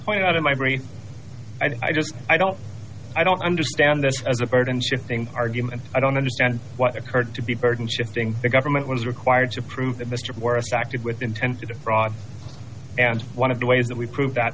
pointed out in my brain i just i don't i don't understand this as a burden shifting argument i don't understand what occurred to be burden shifting the government was required to prove that mr morris acted with intent to defraud and one of the ways that we prove that